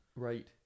Right